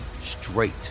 straight